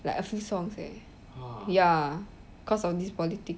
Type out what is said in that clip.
like a few songs leh ya cause of this politics